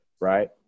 right